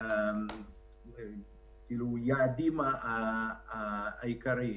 היעדים העיקריים.